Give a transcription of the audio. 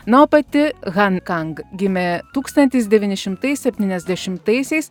na o pati han kang gimė tūkstantis devyni šimtai septyniasdešimtaisiais